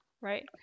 right